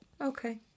Okay